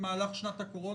במהלך שנת הקורונה,